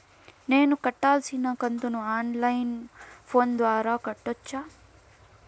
నేను కట్టాల్సిన కంతును ఆన్ లైను ఫోను ద్వారా కట్టొచ్చా?